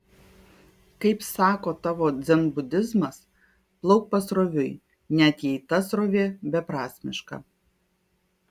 kaip sako tavo dzenbudizmas plauk pasroviui net jei ta srovė beprasmiška